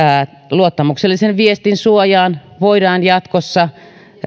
luottamuksellisen viestin suojaan voidaan jatkossa